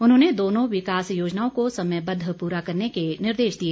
उन्होंने दोनों विकास योजनाओं को समयबद्व पूरा करने के निर्देश दिए